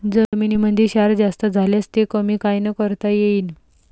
जमीनीमंदी क्षार जास्त झाल्यास ते कमी कायनं करता येईन?